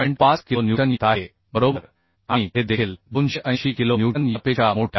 5 kilo newton येत आहे बरोबर आणि हे देखील 280 किलो न्यूटन यापेक्षा मोठे आहे